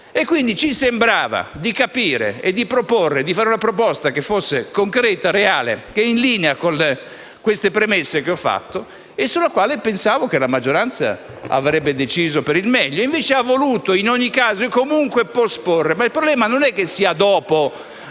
Quindi ci sembrava di capire e di fare una proposta che fosse concreta, reale ed in linea con le premesse che ho fatto, sulla quale pensavo che la maggioranza avrebbe deciso per il meglio; invece ha voluto in ogni caso e comunque posporre. Il problema non è la